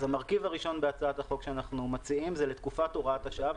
אז המרכיב הראשון בהצעת החוק שאנחנו מציעים זה לתקופת הוראת השעה.